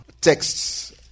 text's